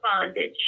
bondage